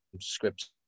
scripts